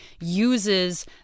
uses